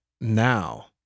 now